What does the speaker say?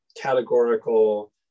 categorical